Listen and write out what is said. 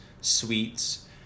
sweets